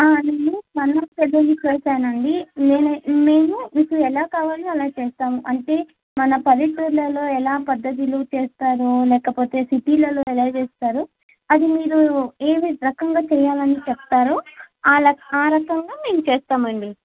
నేను చాలా పెద్దవి చేసానండి మేము మీకు ఎలా కావాలో అలా చేస్తాము అంటే మన పల్లెటూర్లలో ఎలా పద్ధతులు చేస్తారో లేకపోతే సిటీలలో ఎలా చేస్తారో అది మీరు ఏవి రకంగా చెయ్యాలని చెప్తారో ఆ లక ఆ రకంగా మేము చేస్తామండి